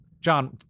John